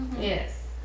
Yes